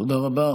תודה רבה.